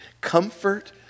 Comfort